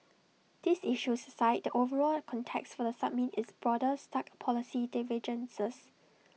these issues aside the overall context for the summit is broader stark policy divergences